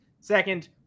second